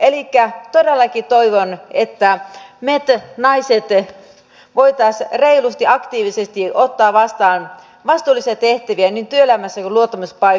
elikkä todellakin toivon että me naiset voisimme reilusti ja aktiivisesti ottaa vastaan vastuullisia tehtäviä niin työelämässä kuin luottamuspaikoissa